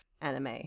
anime